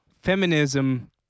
feminism